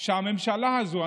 שהממשלה הזו,